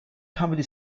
comedy